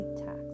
tax